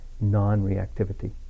non-reactivity